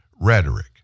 rhetoric